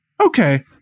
okay